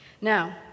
Now